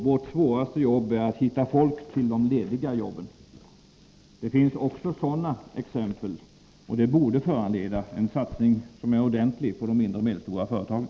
Vårt svåraste jobb är att hitta folk till de lediga jobben.” Det finns också sådana exempel, och det borde föranleda en ordentlig satsning på de mindre och medelstora företagen.